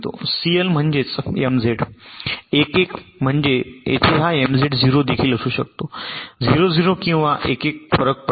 CL म्हणजेच MZ 1 1 म्हणजे येथे हा एमझेड 0 देखील असू शकतो 0 0 किंवा 1 1 फरक पडत नाही